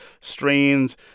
strains